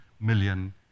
million